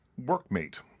workmate